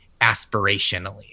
aspirationally